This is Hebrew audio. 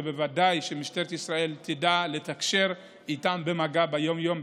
ובוודאי שמשטרת ישראל תדע לתקשר איתם במגע ביום-יום,